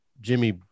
jimmy